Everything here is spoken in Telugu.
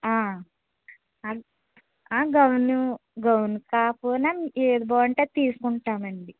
ఆ ఆ ఆ గౌను గౌను కాకపోయినా ఏది బాగుంటే అది తీసుకుంటామండి